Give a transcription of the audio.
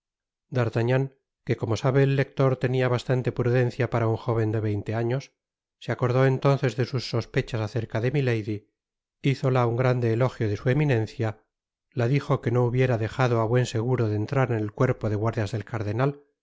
d'artagnan que como sabe el lector tenia bastante prudencia para un jóven de veinte años se acordó entonces de sus sospechas acerca de milady hizola un grande elogio de su eminencia la dijo que no hubiera dejado á buen seguro de entrar en el cuerpo de guardias del cardenal